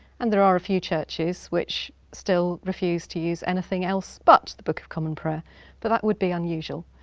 and there are a few churches which still refuse to use anything else but the book of common prayer but that would be unusual.